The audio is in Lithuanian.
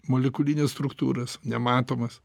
molekulines struktūras nematomas